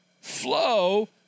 flow